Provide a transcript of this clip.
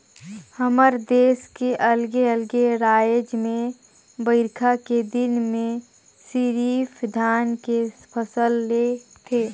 हमर देस के अलगे अलगे रायज में बईरखा के दिन में सिरिफ धान के फसल ले थें